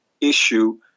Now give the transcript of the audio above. issue